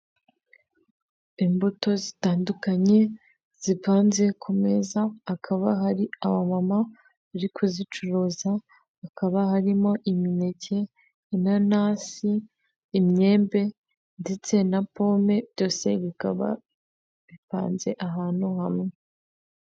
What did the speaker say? Imbuto zitandukanye zipanze ku meza, akaba hari abamama bari kuzicuruza, hakaba harimo imineke, inanasi, imyembe ndetse na pome byose bikaba bipanze ahantu hamwe.